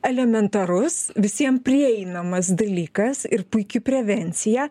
elementarus visiem prieinamas dalykas ir puiki prevencija